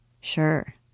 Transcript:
Sure